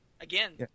Again